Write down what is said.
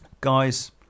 Guys